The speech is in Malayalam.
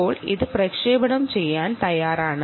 ഇപ്പോൾ ഇത് ട്രാൻസ്മിറ്റ് ചെയ്യാൻ തയ്യാറാണ്